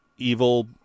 evil